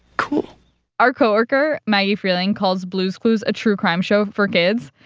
cool our co-worker maggie freleng calls blue's clues a true crime show for kids,